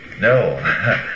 No